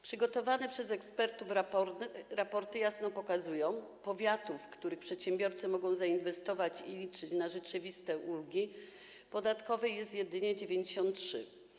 Przygotowane przez ekspertów raporty jasno pokazują, że powiatów, w których przedsiębiorcy mogą zainwestować i liczyć na rzeczywiste ulgi podatkowe, jest jedynie 93.